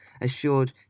assured